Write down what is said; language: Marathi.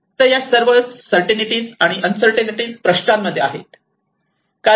तर या सर्व न्सर्टऐनटीएस अँड उन्सर्टऐनटीएस प्रश्नांमध्ये आहेत